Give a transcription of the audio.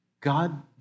God